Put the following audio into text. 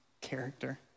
character